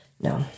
no